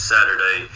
Saturday